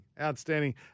Outstanding